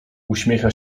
uśmiecha